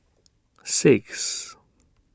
six